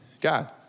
God